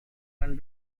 akan